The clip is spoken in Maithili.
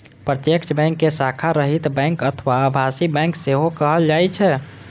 प्रत्यक्ष बैंक कें शाखा रहित बैंक अथवा आभासी बैंक सेहो कहल जाइ छै